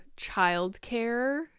childcare